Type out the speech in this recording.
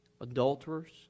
adulterers